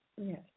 Yes